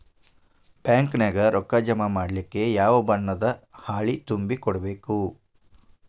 Bank ನ್ಯಾಗ ರೊಕ್ಕಾ ಜಮಾ ಮಾಡ್ಲಿಕ್ಕೆ ಯಾವ ಬಣ್ಣದ್ದ ಹಾಳಿ ತುಂಬಿ ಕೊಡ್ಬೇಕು?